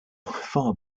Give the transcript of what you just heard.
far